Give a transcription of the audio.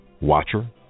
watcher